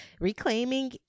Reclaiming